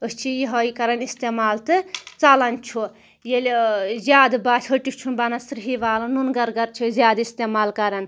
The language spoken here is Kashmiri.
أسۍ چھِ یہٲے کران اِستعمال تہٕ ژَلان چھُ ییٚلہِ ٲں زیادٕ باسہٕ ہوٚٹِس چھُنہٕ بَنان سرٛیٚہٕے والُن نونہٕ گر گر چھِ أسۍ زیادٕ اِستعمال کران